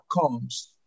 comes